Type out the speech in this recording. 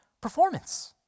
performance